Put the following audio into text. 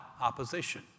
opposition